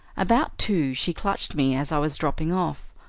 about two she clutched me as i was dropping off.